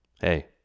Hey